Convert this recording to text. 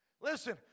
Listen